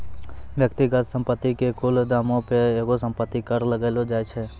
व्यक्तिगत संपत्ति के कुल दामो पे एगो संपत्ति कर लगैलो जाय छै